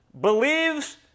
believes